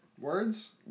words